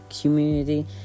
community